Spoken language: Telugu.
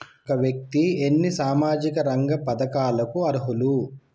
ఒక వ్యక్తి ఎన్ని సామాజిక రంగ పథకాలకు అర్హులు?